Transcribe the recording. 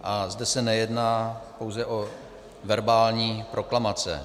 A zde se nejedná pouze o verbální proklamace.